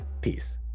Peace